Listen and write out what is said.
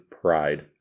pride